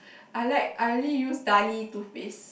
I like I only use Darlie toothpaste